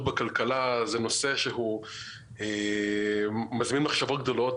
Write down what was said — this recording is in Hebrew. בכלכלה זה נושא שהוא מזמין מחשבות גדולות.